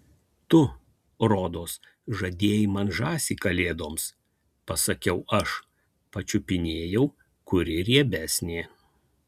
tu rodos žadėjai man žąsį kalėdoms pasakiau aš pačiupinėjau kuri riebesnė